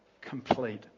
complete